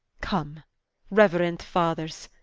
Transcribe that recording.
come reuerend fathers,